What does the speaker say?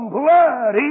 blood